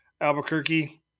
Albuquerque